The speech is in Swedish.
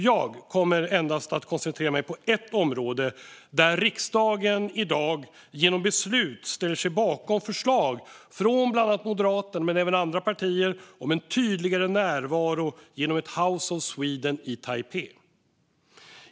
Jag kommer endast att koncentrera mig på ett område där riksdagen i dag genom beslut kommer att ställa sig bakom förslag från Moderaterna men även andra partier om en tydligare närvaro genom ett House of Sweden i Taipei.